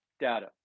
data